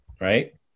Right